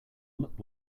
look